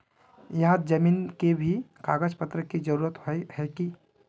यहात जमीन के भी कागज पत्र की जरूरत होय है की?